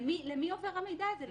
למי עובר המידע הזה?